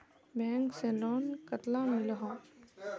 Bank से loan कतला मिलोहो?